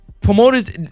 Promoters